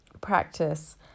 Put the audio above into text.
practice